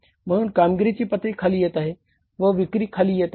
म्हणून कामगिरीची पातळी खाली येत आहे व विक्री खाली येत आहे